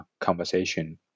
conversation